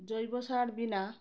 জৈব সার বিনা